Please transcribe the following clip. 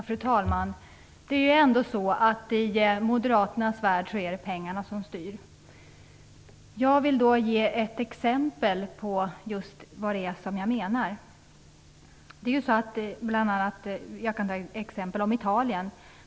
Fru talman! I moderaternas värld är det ändå pengarna som styr. Jag vill ge ett exempel på vad jag menar. Låt mig ta exemplet Italien.